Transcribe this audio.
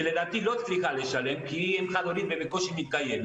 שלדעתי לא צריכה לשלם כי היא אם חד הורית ובקושי מתקיימת,